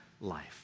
life